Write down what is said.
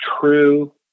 true